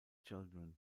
children